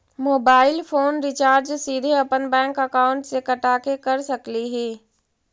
Mobile phone recharge सीधे अपन bank account से कटा के कर सकली ही?